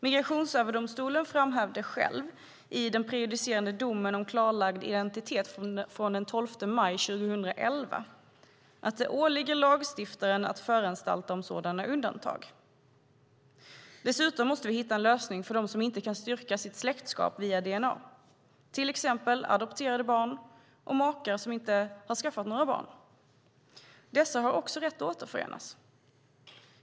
Migrationsöverdomstolen framhöll själv i den prejudicerande domen om klarlagd identitet från den 12 maj 2011 att det åligger lagstiftaren att föranstalta om sådana undantag. Dessutom måste vi hitta en lösning för dem som inte kan styrka sitt släktskap via dna. Det gäller till exempel adopterade barn och makar som inte skaffat några barn. Dessa har också rätt att återförenas.